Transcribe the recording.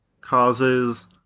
causes